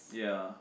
ya